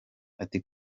ati